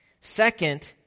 Second